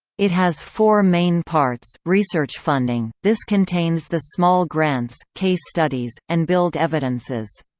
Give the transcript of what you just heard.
it has four main parts research funding this contains the small grants, case studies, and build evidences.